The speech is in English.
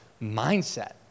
mindset